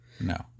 No